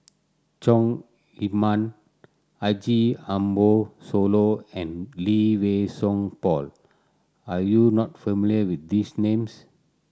Chong Heman Haji Ambo Sooloh and Lee Wei Song Paul are you not familiar with these names